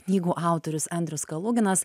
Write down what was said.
knygų autorius andrius kaluginas